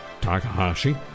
Takahashi